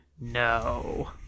No